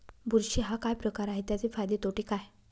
बुरशी हा काय प्रकार आहे, त्याचे फायदे तोटे काय?